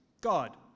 God